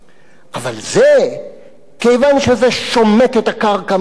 כיוון שזה שומט את הקרקע מתחת כל המנטרה של הכיבוש,